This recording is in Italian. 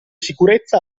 sicurezza